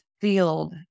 field